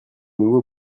nouveau